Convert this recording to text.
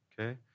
Okay